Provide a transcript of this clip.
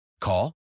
Call